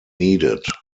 needed